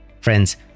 friends